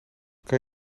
kan